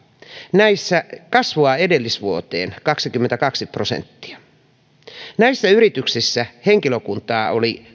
näissä kasvua edellisvuoteen on kaksikymmentäkaksi prosenttia näissä yrityksissä henkilökuntaa oli